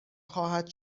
خواهد